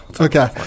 Okay